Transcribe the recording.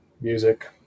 music